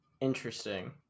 Interesting